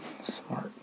Smart